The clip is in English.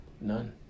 None